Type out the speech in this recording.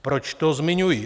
Proč to zmiňuji?